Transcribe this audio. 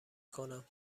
کنم